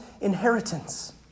inheritance